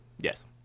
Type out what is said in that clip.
Yes